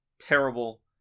terrible